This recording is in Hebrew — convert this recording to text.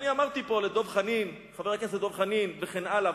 אמרתי פה לחבר הכנסת דב חנין וכן הלאה,